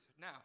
Now